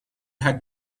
had